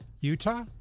Utah